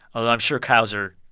although i'm sure cows are